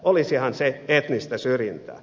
olisihan se etnistä syrjintää